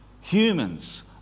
humans